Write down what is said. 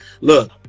Look